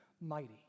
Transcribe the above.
mighty